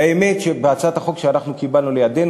והאמת שבהצעת החוק שאנחנו קיבלנו לידינו,